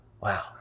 Wow